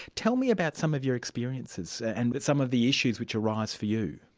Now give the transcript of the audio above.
tell me about some of your experiences and but some of the issues which arise for you.